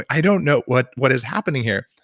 i don't know what what is happening here.